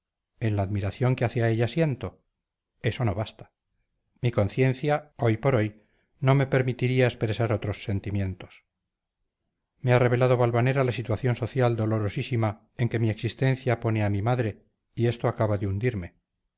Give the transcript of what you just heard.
en la admiración que hacia ella siento eso no basta mi conciencia hoy por hoy no me permitiría expresar otros sentimientos me ha revelado valvanera la situación social dolorosísima en que mi existencia pone a mi madre y esto acaba de hundirme